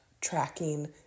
tracking